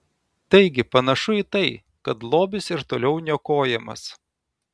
taigi panašu į tai kad lobis ir toliau niokojamas